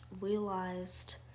realized